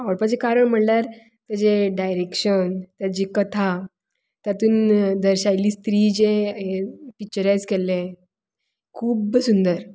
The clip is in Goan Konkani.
आवडपाचे कारण म्हणल्यार ताजें डायरेक्शन ताजी कथा तातूंत दर्शायली स्त्री जे पिक्टचरायज केल्लें खूब सुंदर